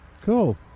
Cool